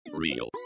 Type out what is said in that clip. Real